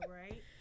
right